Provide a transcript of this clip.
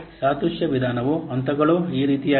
ಸಾದೃಶ್ಯ ವಿಧಾನದ ಹಂತಗಳು ಈ ರೀತಿಯಾಗಿವೆ